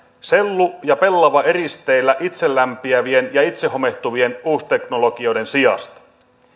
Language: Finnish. sellu ja pellavaeristeillä itselämpiävien ja itsehomehtuvien uusteknologioiden sijasta